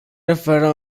referă